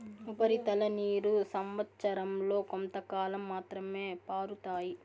ఉపరితల నీరు సంవచ్చరం లో కొంతకాలం మాత్రమే పారుతాయి